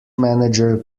manager